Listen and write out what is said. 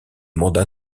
mandats